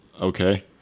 Okay